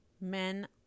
men